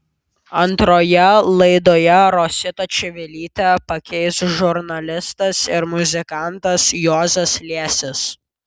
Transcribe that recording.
antroje laidoje rositą čivilytę pakeis žurnalistas ir muzikantas juozas liesis